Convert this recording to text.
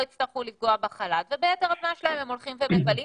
יצטרכו לפגוע בחל"ת וביתר הזמן שלהם הם הולכים ומבלים